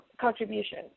contribution